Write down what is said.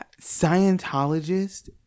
Scientologist